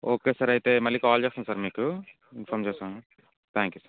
okay sir అయితే మళ్ళీ call చేస్తాం సార్ మీకు ఇన్ఫామ్ చేస్తాను థ్యాంక్ యూ సార్